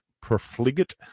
profligate